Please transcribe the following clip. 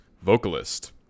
vocalist